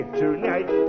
tonight